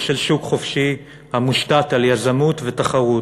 של שוק חופשי המושתת על יזמות ותחרות,